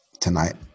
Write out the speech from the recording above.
tonight